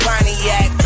Pontiac